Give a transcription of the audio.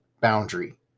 boundary